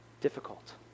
difficult